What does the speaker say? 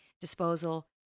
disposal